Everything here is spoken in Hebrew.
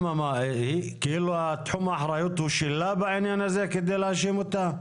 זה תחום האחריות שלה בעניין הזה כדי להאשים אותה?